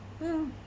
mm